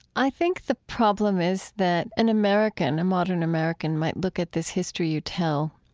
i think the problem is that an american, a modern american, might look at this history you tell,